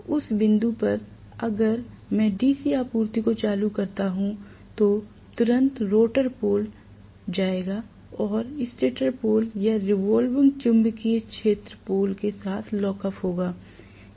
तो उस बिंदु पर अगर मैं डीसी आपूर्ति को चालू करता हूं तो तुरंत रोटर पोल जाएगा और स्टेटर पोल या रिवॉल्विंग चुंबकीय क्षेत्र पोल के साथ लॉक अप होगा